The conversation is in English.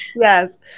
yes